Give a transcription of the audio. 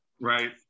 Right